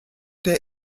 der